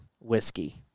whiskey